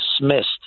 dismissed